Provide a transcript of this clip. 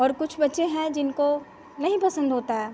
और कुछ बच्चे हैं जिनको नहीं पसंद होता है